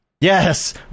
Yes